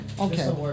Okay